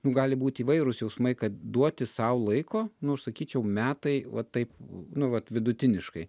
gali būt įvairūs jausmai kad duoti sau laiko nu aš sakyčiau metai va taip nu vat vidutiniškai